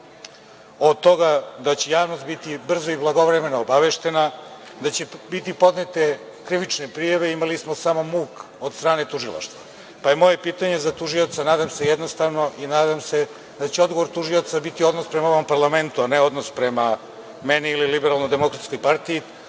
od toga da će javnost biti brzo i blagovremeno obaveštena, da će biti podnete krivične prijave, imali smo samo muk od strane tužilaštva, pa je moje pitanje za tužioca nadam se jednostavno i nadam se da će odgovor tužioca biti odnos prema ovom parlamentu, a ne odnos prema meni ili LDP, odnosno nadam